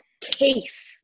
case